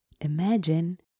Imagine